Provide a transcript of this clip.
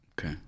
Okay